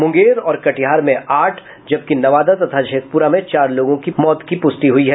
मुंगेर और कटिहार में आठ जबकि नवादा तथा शेखपुरा में चार लोगों की पुष्टि हुई है